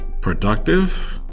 productive